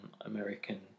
American